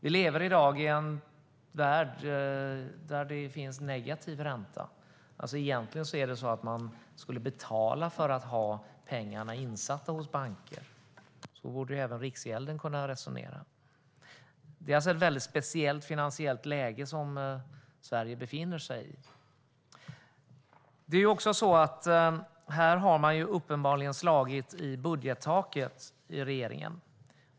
Vi lever i dag i en värld där det finns negativ ränta; egentligen skulle man betala för att ha pengarna insatta hos banker. Så borde även Riksgälden kunna resonera. Det är alltså ett väldigt speciellt finansiellt läge som Sverige befinner sig i. Här har regeringen uppenbarligen slagit i budgettaket.